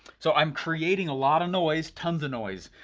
so i'm creating a lotta noise, tons of noise.